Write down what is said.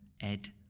Ed